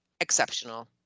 exceptional